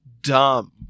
dumb